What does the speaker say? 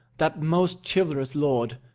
that most chivalrous lord,